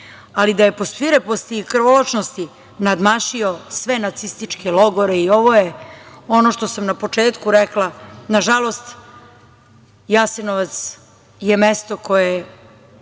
ali da je po svireposti i krvoločnosti nadmašio sve nacističke logore i ovo je ono što sam na početku rekla. Nažalost, Jasenovac je mesto koje